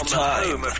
time